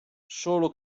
solo